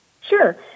Sure